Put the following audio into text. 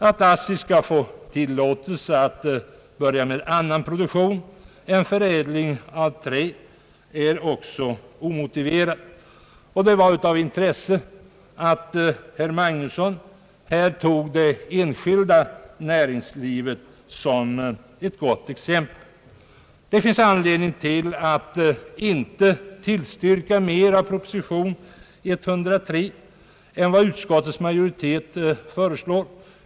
Att ASSI skall få tillåtelse att pörja med annan produktion än förädling av trä är också omotiverat. Det var av intresse att herr Magnusson här nämnde det enskilda näringslivet som ett gott exempel. Det finns anledning att inte tillstyrka mer av proposition 103 än vad utskottets majoritet föreslår.